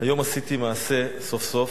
היום עשיתי מעשה, סוף-סוף,